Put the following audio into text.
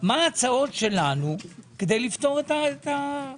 מה ההצעות שלנו כדי לפתור את זה?